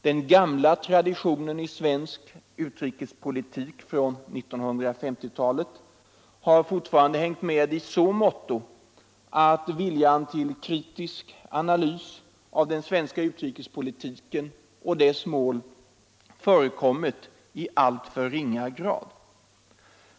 Den gamla traditionen i svensk utrikespolitik från 1950-talet har fortfarande hängt med i så måtto att intresset och viljan till en kritisk analys av den svenska utrikespolitiken och dess mål förekommit i alltför ringa grad.